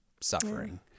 suffering